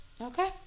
Okay